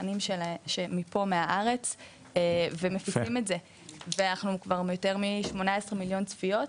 תכנים שמפה מהארץ ומפיצים את זה ואנחנו כבר יותר מ-18 מיליון צפיות,